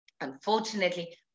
unfortunately